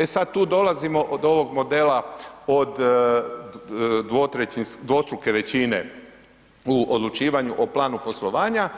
E sad tu dolazimo do ovog modela od dvostruke većine u odlučivanju o planu poslovanja